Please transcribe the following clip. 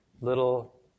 little